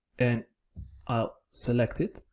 and i'll select it.